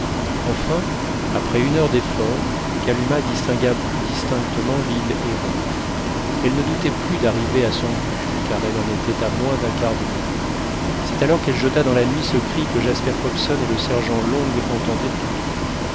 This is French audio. enfin après une heure d'efforts kalumah distingua plus distinctement l'île errante elle ne doutait plus d'arriver à son but car elle en était à moins d'un quart de mille c'est alors qu'elle jeta dans la nuit ce cri que jasper hobson et le sergent long entendirent tous deux